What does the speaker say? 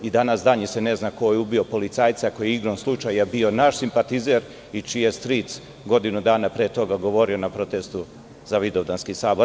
Dan danas se ne zna ko je ubio policajca koji je igrom slučaja bio naš simpatizer i čiji je stric godinu dana pre toga govorio na protestu za Vidovdanski sabor.